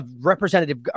representative